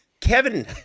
Kevin